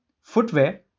footwear